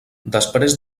després